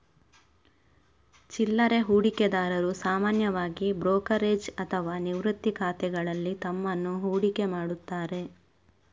ಚಿಲ್ಲರೆ ಹೂಡಿಕೆದಾರರು ಸಾಮಾನ್ಯವಾಗಿ ಬ್ರೋಕರೇಜ್ ಅಥವಾ ನಿವೃತ್ತಿ ಖಾತೆಗಳಲ್ಲಿ ತಮ್ಮನ್ನು ಹೂಡಿಕೆ ಮಾಡುತ್ತಾರೆ